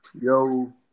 Yo